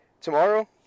Tomorrow